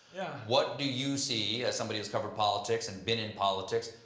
yeah what do you see, as somebody who covers politics and been in politics,